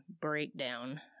breakdown